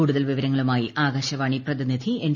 കൂടുതൽ വിവരങ്ങളുമായി ആകാശവാണി പ്രതിനിധി എൻ